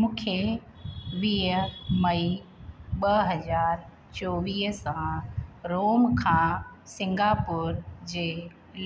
मूंख़े वीह मई ॿ हज़ार चोवीह सां रोम खां सिंगापुर जे